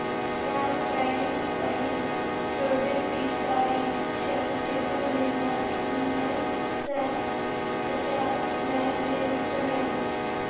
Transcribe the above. warfarin पहिल rodenticide छल जेकर निर्माण उन्नैस सय पचास मे भेल रहय